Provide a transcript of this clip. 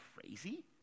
crazy